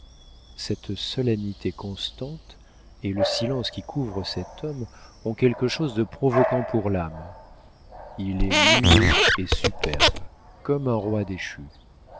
cette solennité constante et le silence qui couvre cet homme ont quelque chose de provoquant pour l'âme il est muet et superbe comme un roi déchu